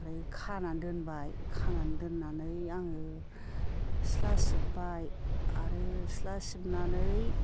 ओमफ्राय खानानै दोनबाय खानानै दोननानै आङो सिथ्ला सिबबाय आरो सिथ्ला सिबनानै